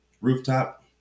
Rooftop